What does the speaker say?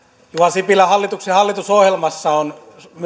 sipilän hallituksen hallitusohjelmassa on myös